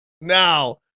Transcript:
Now